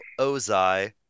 Ozai